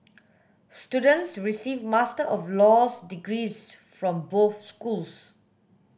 students receive Master of Laws degrees from both schools